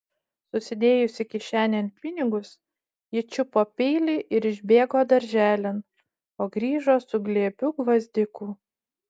susidėjusi kišenėn pinigus ji čiupo peilį ir išbėgo darželin o grįžo su glėbiu gvazdikų